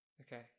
Okay